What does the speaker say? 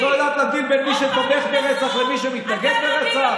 את לא יודעת להבדיל בין מי שתומך ברצח למי שמתנגד לרצח?